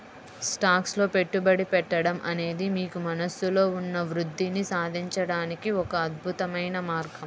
stocks లో పెట్టుబడి పెట్టడం అనేది మీకు మనస్సులో ఉన్న వృద్ధిని సాధించడానికి ఒక అద్భుతమైన మార్గం